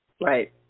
Right